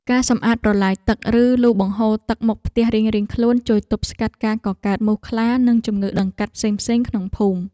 ការសម្អាតប្រឡាយទឹកឬលូបង្ហូរទឹកមុខផ្ទះរៀងៗខ្លួនជួយទប់ស្កាត់ការកកើតមូសខ្លានិងជំងឺដង្កាត់ផ្សេងៗក្នុងភូមិ។